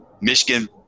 Michigan